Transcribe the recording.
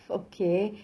okay